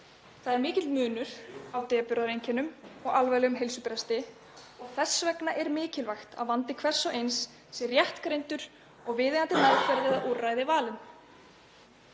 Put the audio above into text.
Það er mikill munur á depurðareinkennum og alvarlegum heilsubresti og þess vegna er mikilvægt að vandi hvers og eins sé rétt greindur og viðeigandi meðferðarúrræði valin.